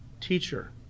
teacher